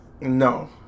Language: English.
No